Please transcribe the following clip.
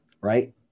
right